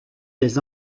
des